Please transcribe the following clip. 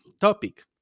topic